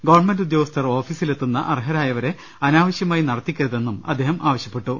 government ഉദ്യോഗസ്ഥർ ഓഫീ സിലെത്തുന്ന അർഹരായവരെ അനാവശ്യമായി നടത്തിക്കരുതെന്നും അദ്ദേഹം പറഞ്ഞു